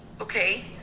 Okay